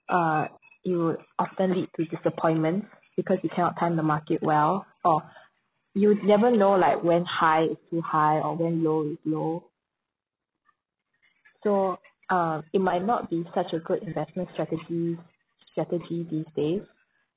uh it would often lead to disappointment because you cannot time the market well or you never know like when high is too high or when low is low so uh it might not be such a good investment strategy strategy these days